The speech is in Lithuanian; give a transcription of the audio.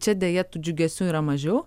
čia deja tų džiugesių yra mažiau